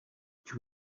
each